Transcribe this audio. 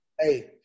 Hey